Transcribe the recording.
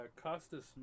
Costas